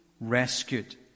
rescued